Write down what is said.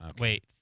wait